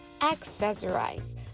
Accessorize